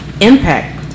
impact